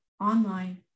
online